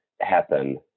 happen